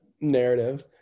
narrative